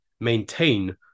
maintain